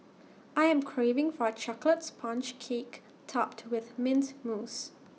I am craving for A Chocolate Sponge Cake Topped with Mint Mousse